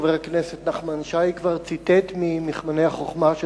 חבר הכנסת נחמן שי כבר ציטט ממכמני החוכמה של